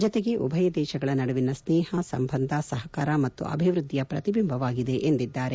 ಜತೆಗೆ ಉಭಯ ದೇಶಗಳ ನಡುವಿನ ಸ್ನೇಹ ಸಂಬಂಧ ಸಹಕಾರ ಮತ್ತು ಅಭಿವೃದ್ವಿಯ ಪ್ರತಿಬಿಂಬವಾಗಿದೆ ಎಂದಿದ್ದಾರೆ